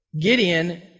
Gideon